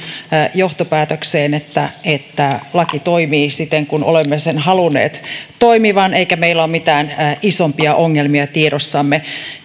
johtopäätökseen että että laki toimii siten kuin olemme sen halunneet toimivan eikä meillä ole mitään isompia ongelmia tiedossamme